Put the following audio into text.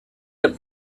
the